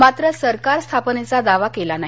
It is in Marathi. मात्र सरकार स्थापनेचा दावा केला नाही